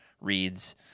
reads